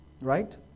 Right